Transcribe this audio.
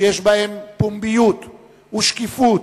שיש בהם פומביות ושקיפות,